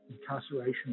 incarceration